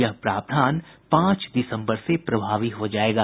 यह प्रावधान पांच दिसम्बर से प्रभावी हो जायेगा